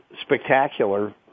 spectacular